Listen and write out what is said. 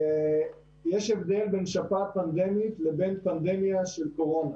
שיש הבדל בין שפעת פנדמית לבין פנדמיה של קורונה.